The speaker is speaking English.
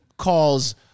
calls